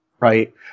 Right